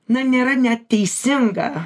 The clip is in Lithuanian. na nėra net teisinga